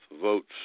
votes